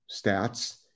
stats